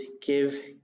give